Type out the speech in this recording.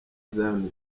zion